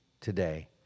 today